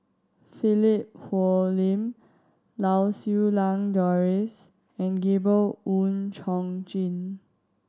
Philip Hoalim Lau Siew Lang Doris and Gabriel Oon Chong Jin